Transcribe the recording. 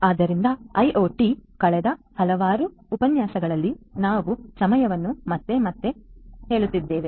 ಆದ್ದರಿಂದ ಐಒಟಿ ಕಳೆದ ಹಲವಾರು ಉಪನ್ಯಾಸಗಳಲ್ಲಿ ನಾವು ಸಮಯವನ್ನು ಮತ್ತೆ ಮತ್ತೆ ಹೇಳುತ್ತಿದ್ದೇವೆ